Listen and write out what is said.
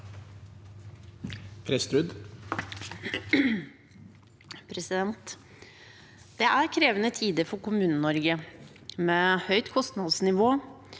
Det er kreven- de tider for Kommune-Norge, med et høyt kostnadsnivå